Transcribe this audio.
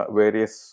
various